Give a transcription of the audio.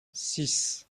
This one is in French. six